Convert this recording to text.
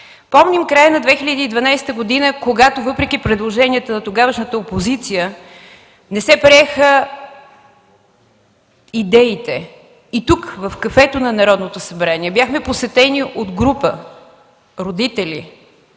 Помним края на 2012 г., когато въпреки предложенията на тогавашната опозиция не се приеха идеите, и тук, в кафето на Народното събрание бяхме посетени от група родители,